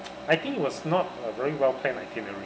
I think it was not a very well planned itinerary